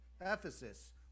Ephesus